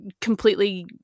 completely